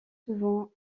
souvent